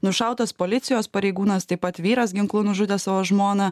nušautas policijos pareigūnas taip pat vyras ginklu nužudė savo žmoną